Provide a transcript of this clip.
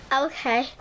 Okay